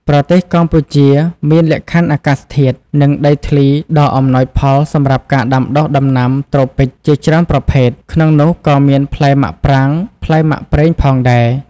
ប្រទេសកម្ពុជាមានលក្ខខណ្ឌអាកាសធាតុ និងដីធ្លីដ៏អំណោយផលសម្រាប់ការដាំដុះដំណាំត្រូពិចជាច្រើនប្រភេទ ក្នុងនោះក៏មានផ្លែមាក់ប្រាងផ្លែមាក់ប្រេងផងដែរ។